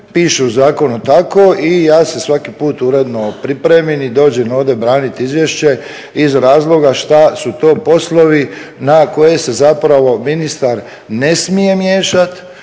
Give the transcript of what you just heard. piše u zakonu tako i ja se svaki put uredno pripremim i dođem ovdje braniti izvješće iz razloga da su to poslovi na koje se zapravo ministar ne smije miješati,